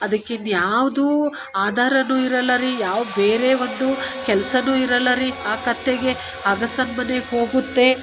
ಅದಕ್ಕಿನ್ನ ಯಾವುದು ಆಧಾರ ಇರಲ್ಲ ರೀ ಯಾವ ಬೇರೆ ಒಂದು ಕೆಲ್ಸ ಇರಲ್ಲ ರೀ ಆ ಕತ್ತೆಗೆ ಅಗಸನ ಮನೇಗೆ ಹೋಗುತ್ತೆ